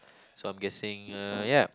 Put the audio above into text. so I'm guessing uh ya